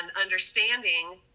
understanding